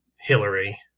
Hillary